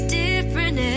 different